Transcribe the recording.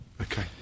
Okay